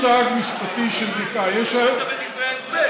מושג משפטי של בקעה, יש, בדברי ההסבר.